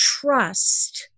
trust